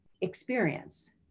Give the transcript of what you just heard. experience